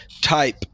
Type